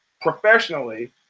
professionally